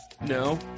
no